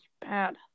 bad